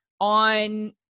on